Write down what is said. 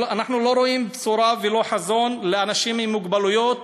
אנחנו לא רואים בשורה ולא חזון לאנשים עם מוגבלויות,